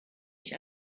mich